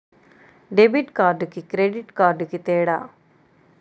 Debit కార్డుకి credit కార్డుకి తేడా?